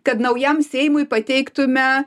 kad naujam seimui pateiktume